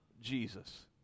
Jesus